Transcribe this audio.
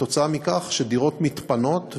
כתוצאה מכך שדירות מתפנות,